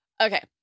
okay